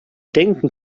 denken